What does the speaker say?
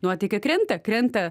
nuotaika krenta krenta